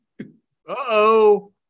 Uh-oh